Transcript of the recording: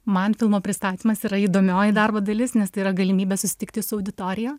man filmo pristatymas yra įdomioji darbo dalis nes tai yra galimybė susitikti su auditorija